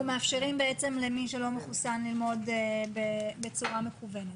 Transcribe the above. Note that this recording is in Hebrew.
אנחנו בעצם מאפשרים למי שלא מחוסן ללמוד בצורה מקוונת.